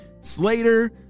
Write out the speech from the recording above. Slater